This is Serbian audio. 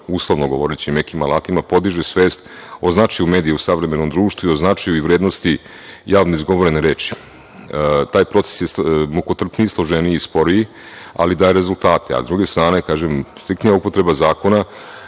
uslovno govoreći nekim alatima podiže svest o značaju medija u savremenom društvu i o značaju vrednosti javno izgovorene reči. Taj proces je mukotrpniji, složeniji i sporiji, ali daje rezultate.S druge strane, kažem, striktnija upotreba zakona,